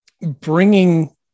Bringing